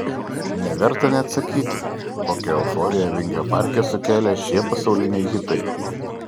neverta net sakyti kokią euforiją vingio parke sukėlė šie pasauliniai hitai